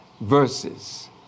verses